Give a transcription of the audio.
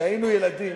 כשהיינו ילדים,